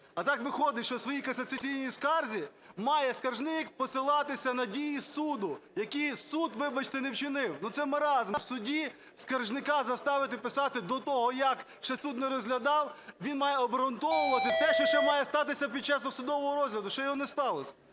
А так виходить, що у своїй касаційній скарзі має скаржник посилатися на дії суду, які суд, вибачте, не вчинив. Ну це маразм: в суді скаржника заставити писати, до того, як ще суд не розглядав, він має обґрунтовувати те, що ще має статися під час досудового розгляду, ще його не сталось.